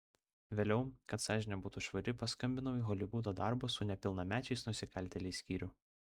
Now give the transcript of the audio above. vėliau kad sąžinė būtų švari paskambinau į holivudo darbo su nepilnamečiais nusikaltėliais skyrių